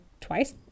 twice